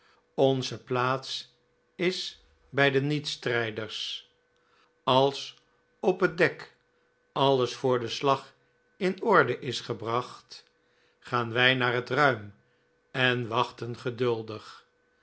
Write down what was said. onze plaats is bij de niet strijders als op het dek alles voor den slag p in orde is gebracht gaan wij naar het ruim en wachten geduldig